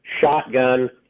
shotgun